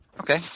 Okay